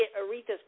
Aretha's